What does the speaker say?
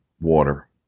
water